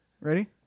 Ready